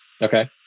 okay